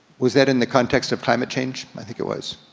was that in the context of climate change? i think it was.